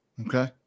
Okay